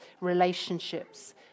relationships